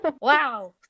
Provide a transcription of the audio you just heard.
Wow